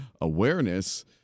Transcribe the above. awareness